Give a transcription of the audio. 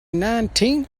nineteenth